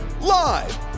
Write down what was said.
Live